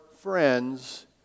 friends